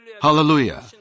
Hallelujah